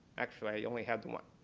actually i only have one.